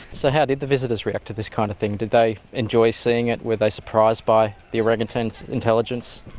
so how did the visitors react to this kind of thing? did they enjoy seeing it? were they surprised by the orangutans' intelligence?